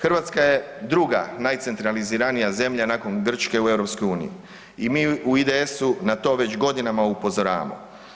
Hrvatska je druga najcentraliziranija zemlja nakon Grčke u EU i mi u IDS-u na to već godinama upozoravamo.